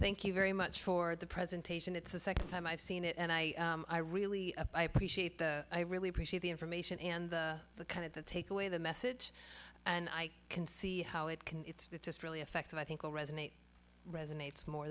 thank you very much for the presentation it's the second time i've seen it and i i really appreciate the i really appreciate the information and the kind of the takeaway the message and i can see how it can it's just really effective i think will resonate resonates mor